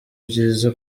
byiza